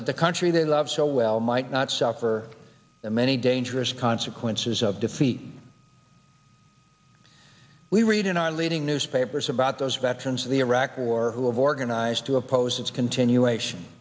that the country they love so well might not suffer the many dangerous consequences of defeat we read in our leading newspapers about those veterans of the iraq war who have organized to oppose its continuation